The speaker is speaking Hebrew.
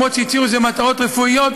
אף על פי שהצהירו שזה למטרות רפואיות,